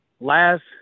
last